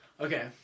Okay